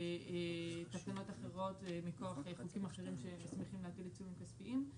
בתקנות אחרות מכוח חוקים אחרים שנסמכים להטיל עיצומים כספיים,